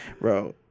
Bro